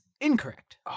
incorrect